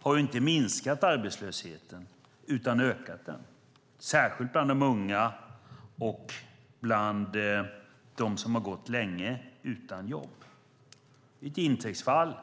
har inte minskat arbetslösheten, utan ökat den, särskilt bland de unga och bland dem som har gått länge utan jobb. Det är ett intäktsfall